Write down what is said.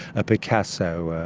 a picasso,